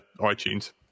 iTunes